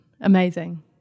amazing